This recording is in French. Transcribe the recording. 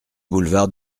boulevard